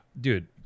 dude